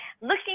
looking